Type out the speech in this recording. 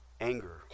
anger